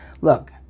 Look